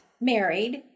married